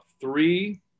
three